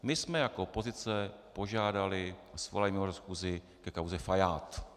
My jsme jako opozice požádali o svolání schůze ke kauze Fajád.